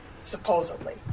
supposedly